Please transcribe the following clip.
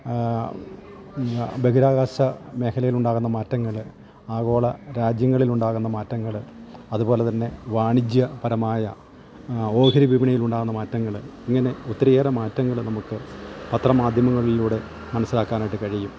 ബഹിരാകാശ മേഖലയിലുണ്ടാകുന്ന മാറ്റങ്ങള് ആഗോള രാജ്യങ്ങളിലുണ്ടാകുന്ന മാറ്റങ്ങള് അതുപോലെ തന്നെ വാണിജ്യപരമായ ഓഹരി വിപണയിലുണ്ടാവുന്ന മാറ്റങ്ങള് ഇങ്ങനെ ഒത്തിരിയേറെ മാറ്റങ്ങള് നമുക്ക് പത്ര മാധ്യമങ്ങളിലൂടെ മനസ്സിലാക്കാനായിട്ട് കഴിയും